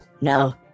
No